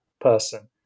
person